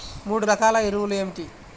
మూడు రకాల ఎరువులు ఏమిటి?